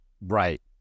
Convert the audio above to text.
Right